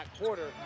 quarter